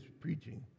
preaching